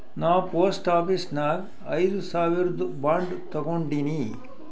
ನಾ post office ನಾಗ್ ಐಯ್ದ ಸಾವಿರ್ದು ಬಾಂಡ್ ತಗೊಂಡಿನಿ